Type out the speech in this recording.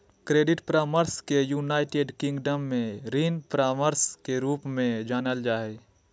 credit परामर्श के United Kingdom में ऋण परामर्श के रूप में जानल जा हइ